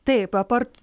taip apart